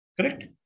correct